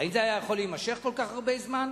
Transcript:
האם היא היתה יכולה להימשך כל כך הרבה זמן?